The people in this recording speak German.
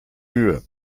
mühe